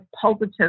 positive